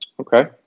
Okay